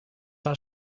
war